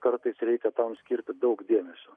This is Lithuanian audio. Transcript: kartais reikia tam skirti daug dėmesio